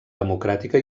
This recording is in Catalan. democràtica